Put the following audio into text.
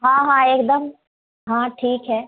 हाँ हाँ एकदम हाँ ठीक है